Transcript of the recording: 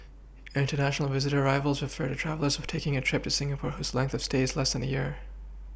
international visitor arrivals refer to travellers taking a trip to Singapore whose length of stay is less than a year